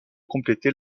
compléter